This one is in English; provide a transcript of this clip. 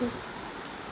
please